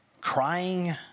crying